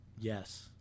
Yes